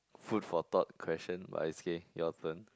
food for thought question but it's okay your turn